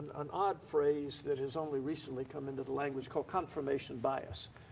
an odd phrase that has only recently come into the language called confirmation bias.